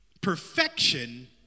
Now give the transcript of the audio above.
perfection